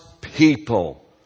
people